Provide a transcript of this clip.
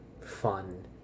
fun